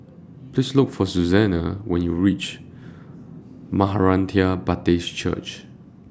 Please Look For Susana when YOU REACH Maranatha Baptist Church